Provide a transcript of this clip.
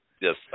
yes